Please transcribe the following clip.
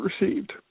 received